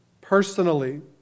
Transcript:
personally